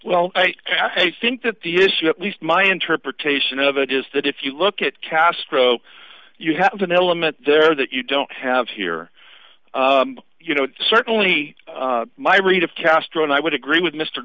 well i think that the issue at least my interpretation of it is that if you look at castro you have an element there that you don't have here you know certainly my read of castro and i would agree with m